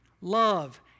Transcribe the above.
love